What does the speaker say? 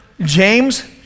James